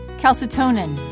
calcitonin